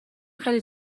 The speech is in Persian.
خیلی